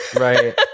Right